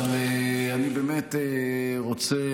אבל אני באמת רוצה,